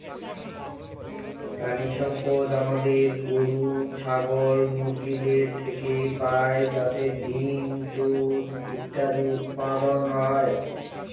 প্রানীসম্পদ আমাদের গরু, ছাগল, মুরগিদের থেকে পাই যাতে ডিম, দুধ ইত্যাদি উৎপাদন হয়